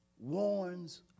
warns